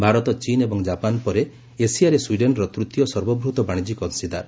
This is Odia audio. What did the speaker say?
ଭାରତ ଚୀନ୍ ଏବଂ ଜାପାନ ପରେ ଏସିଆରେ ସ୍ୱିଡେନ୍ର ତୃତୀୟ ସର୍ବବୃହତ୍ ବାଶିଜ୍ୟିକ ଅଂଶୀଦାର